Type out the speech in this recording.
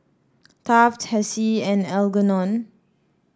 Taft Hessie and Algernon